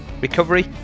recovery